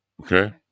Okay